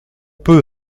peu